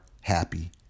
happy